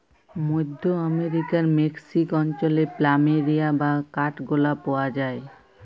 মধ্য আমরিকার মেক্সিক অঞ্চলে প্ল্যামেরিয়া বা কাঠগলাপ পাওয়া যায়